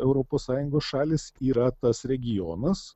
europos sąjungos šalys yra tas regionas